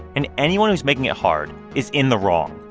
and anyone who's making it hard is in the wrong.